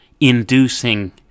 inducing